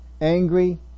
angry